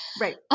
right